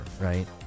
right